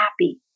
happy